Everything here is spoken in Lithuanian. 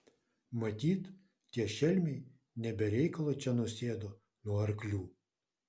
matyt tie šelmiai ne be reikalo čia nusėdo nuo arklių